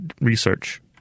research